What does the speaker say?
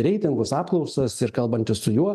reitingus apklausas ir kalbantis su juo